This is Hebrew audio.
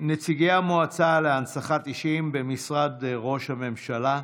נציגי המועצה להנצחת אישים במשרד ראש הממשלה,